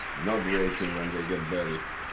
not waiting when they get buried.